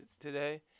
today